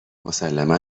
مسلما